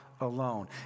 alone